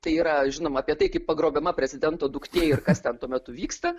tai yra žinoma apie tai kaip pagrobiama prezidento duktė ir kas ten tuo metu vyksta